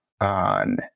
on